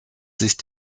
sich